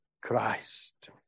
Christ